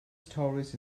stories